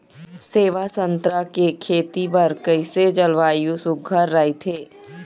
सेवा संतरा के खेती बर कइसे जलवायु सुघ्घर राईथे?